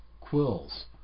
Quills